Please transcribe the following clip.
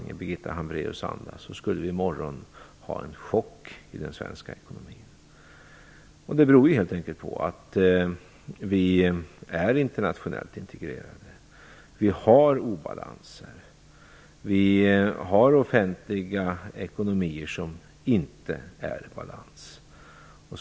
Jag är säker på att det skulle hända om jag skulle gå ut med ett sådant resonemang i Birgitta Hambraeus anda. Det beror helt enkelt på att vi är internationellt integrerade, vi har obalanser och vi har offentliga ekonomier som inte är i balans.